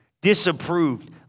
Disapproved